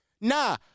Nah